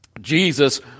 Jesus